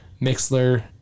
Mixler